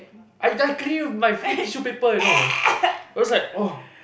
I I I clean with my freaking tissue paper you know I was like !woah!